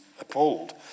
appalled